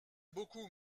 beaucoup